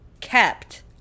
kept